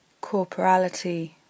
corporality